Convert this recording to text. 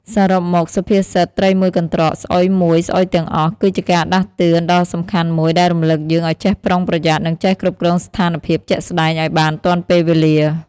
សរុបមក សុភាសិត ត្រីមួយកន្រ្តក ស្អុយមួយស្អុយទាំងអស់ គឺជាការដាស់តឿនដ៏សំខាន់មួយដែលរំលឹកយើងឲ្យចេះប្រុងប្រយ័ត្ន និងចេះគ្រប់គ្រងស្ថានភាពជាក់ស្តែងឱ្យបានទាន់ពេលវេលា ។